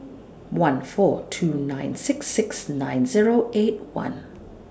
one four two nine six six nine Zero eight one